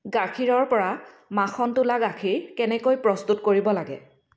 গাখীৰৰপৰা মাখন তোলা গাখীৰ কেনেকৈ প্ৰস্তুত কৰিব লাগে